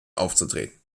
aufzutreten